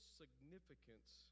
significance